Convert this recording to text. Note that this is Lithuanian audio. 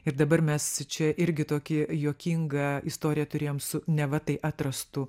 ir dabar mes čia irgi tokį juokingą istoriją turėjom su neva tai atrastu